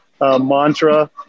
Mantra